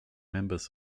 members